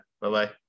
Bye-bye